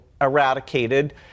eradicated